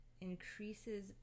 increases